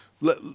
let